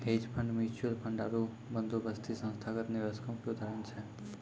hedge fund, mutual fund आरु बंदोबस्ती संस्थागत निवेशको के उदाहरण छै